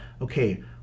okay